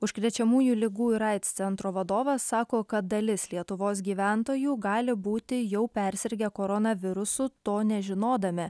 užkrečiamųjų ligų ir aids centro vadovas sako kad dalis lietuvos gyventojų gali būti jau persirgę koronavirusu to nežinodami